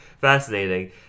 fascinating